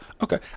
Okay